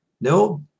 No